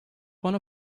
one